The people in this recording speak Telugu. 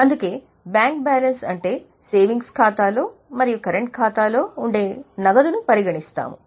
అందుకే బ్యాంక్ బ్యాలెన్స్ అంటే సేవింగ్స్ ఖాతాలో మరియు కరెంట్ ఖాతాలో ఉండే నగదును పరిగణిస్తాము